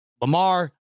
Lamar